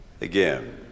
again